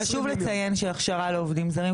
חשוב לציין שהכשרה לעובדים זרים,